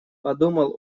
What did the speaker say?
подумал